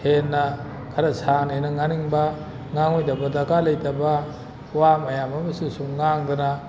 ꯍꯦꯟꯅ ꯈꯔ ꯁꯥꯡꯅ ꯍꯦꯟꯅ ꯉꯥꯡꯅꯤꯡꯕ ꯉꯥꯡꯉꯣꯏꯗꯕ ꯗꯔꯀꯥꯔ ꯂꯩꯇꯕ ꯋꯥ ꯃꯌꯥꯝ ꯑꯃꯁꯨ ꯁꯨꯝ ꯉꯥꯡꯗꯅ